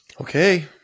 Okay